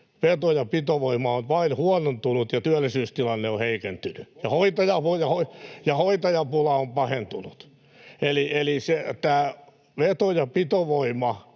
veto- ja pitovoima on vain huonontunut ja työllisyystilanne on heikentynyt ja hoitajapula on pahentunut. Eli tämä veto- ja pitovoima